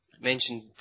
Mentioned